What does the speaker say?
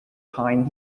pine